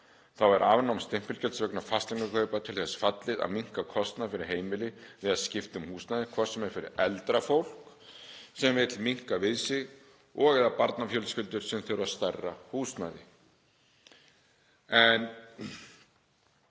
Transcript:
Þá er afnám stimpilgjalds vegna fasteignakaupa til þess fallið að minnka kostnað fyrir heimili við að skipta um húsnæði, hvort sem er fyrir eldra fólk sem vill minnka við sig eða barnafjölskyldur sem þurfa stærra húsnæði. Við